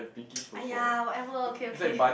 !aiya! whatever okay okay